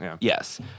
yes